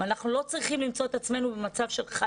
ואנחנו לא צריכים למצוא את עצמנו במצב של איזשהו משהו,